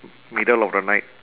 middle of the night